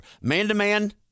Man-to-man